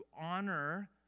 honor